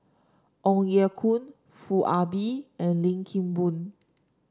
Ong Ye Kung Foo Ah Bee and Lim Kim Boon